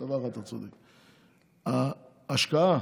אחד: ההשקעה.